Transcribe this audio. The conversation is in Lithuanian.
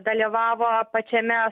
dalyvavo pačiame sovietų